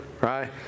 right